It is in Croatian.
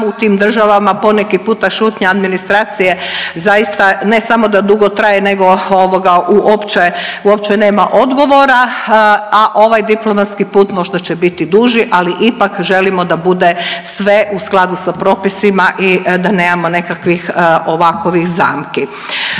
u tim državama ponekad šutnja administracije zaista ne samo da dugo traje, nego uopće nema odgovora, a ovaj diplomatski put možda će biti duži, ali ipak želimo da bude sve u skladu sa propisima i da nemamo nekakvih ovakovih zamki.